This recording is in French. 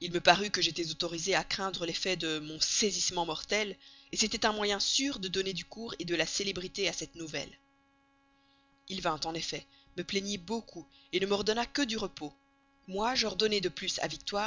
il me parut que j'étais autorisée à craindre l'effet de mon saisissement mortel c'était un moyen sûr de donner du cours de la célébrité à cette nouvelle il vint en effet me plaignit beaucoup ne m'ordonna que du repos moi j'ordonnai de plus à victoire